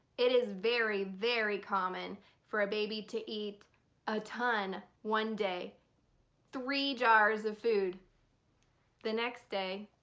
it is very, very common for a baby to eat a ton one day three jars of food the next day.